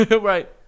Right